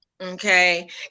Okay